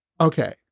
okay